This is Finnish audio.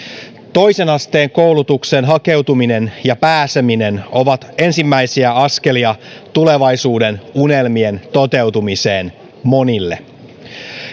toisen asteen koulutukseen hakeutuminen ja pääseminen ovat ensimmäisiä askelia tulevaisuuden unelmien toteutumiseen monille